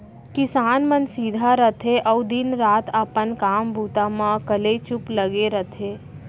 किसान मन सीधा रथें अउ दिन रात अपन काम बूता म कलेचुप लगे रथें